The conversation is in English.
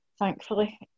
Thankfully